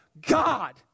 God